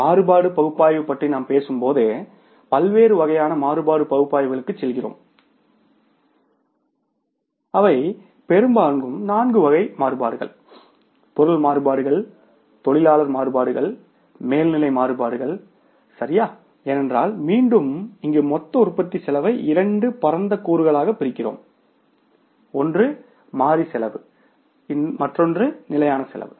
மாறுபாடு பகுப்பாய்வைப் பற்றி நாம் பேசும்போது பல்வேறு வகையான மாறுபாடு பகுப்பாய்வுகளுக்குச் செல்கிறோம் அவை பெரும்பாலும் நான்கு வகை மாறுபாடுகள் பொருள் மாறுபாடுகள் தொழிலாளர் மாறுபாடுகள் மேல்நிலை மாறுபாடுகள் சரியா ஏனென்றால் மீண்டும் இங்கு மொத்த உற்பத்தி செலவை இரண்டு பரந்த கூறுகளாகப் பிரிக்கிறோம் மாறி செலவு மற்றும் நிலையான செலவு